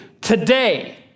today